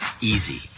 easy